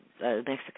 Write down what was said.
Mexico